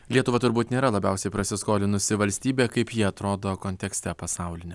lietuva turbūt nėra labiausiai prasiskolinusi valstybė kaip ji atrodo kontekste pasaulinia